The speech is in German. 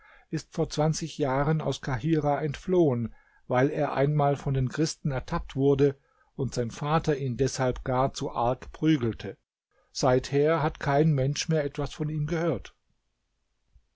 ist vor zwanzig jahren aus kahirah entflohen weil er einmal von den christen ertappt wurde und sein vater ihn deshalb gar zu arg prügelte seither hat kein mensch mehr etwas von ihm gehört